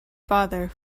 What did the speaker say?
father